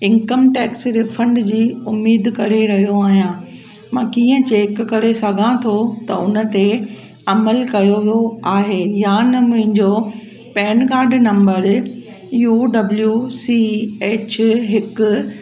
income tax refund जी उम्मीद करे रहियो आहियां मां कीअं चेक करे सघां थो त उन ते अमल कयो वियो आहे या न मुंहिंजो PAN card number U W C H हिकु